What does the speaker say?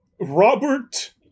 Robert